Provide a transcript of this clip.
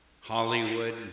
Hollywood